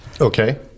Okay